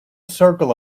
circle